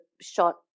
shot